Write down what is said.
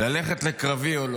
ללכת לקרבי או לא?